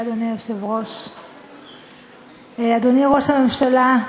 אדוני היושב-ראש, תודה, אדוני ראש הממשלה,